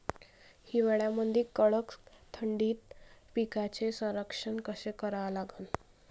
हिवाळ्यामंदी कडक थंडीत पिकाचे संरक्षण कसे करा लागन?